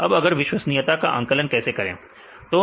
अब आप विश्वसनीयता का आकलन कैसे करेंगे